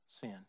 sin